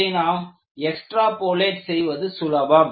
இதை நாம் எக்ஸ்ட்ராபோலேட் செய்வது சுலபம்